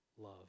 love